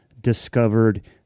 discovered